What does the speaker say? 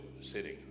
sitting